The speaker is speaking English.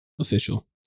official